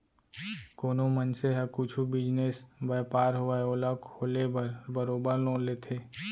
कोनो मनसे ह कुछु बिजनेस, बयपार होवय ओला खोले बर बरोबर लोन लेथे